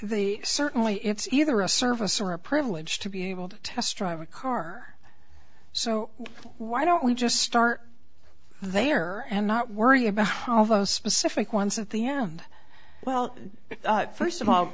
the certainly it's either a service or a privilege to be able to test drive a car so why don't we just start there and not worry about all those specific ones at the end well first of all